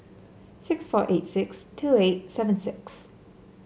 six four eight six two eight seven six